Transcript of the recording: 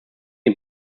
den